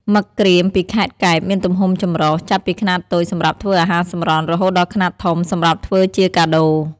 មឹកក្រៀមពីខេត្តកែបមានទំហំចម្រុះ ចាប់ពីខ្នាតតូចសម្រាប់ធ្វើអាហារសម្រន់ រហូតដល់ខ្នាតធំសម្រាប់ធ្វើជាកាដូ។